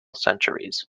centuries